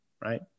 Right